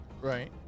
Right